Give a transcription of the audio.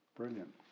Brilliant